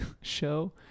show